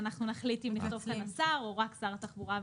אנחנו נחליט אם לכתוב כאן השר או רק שר התחבורה.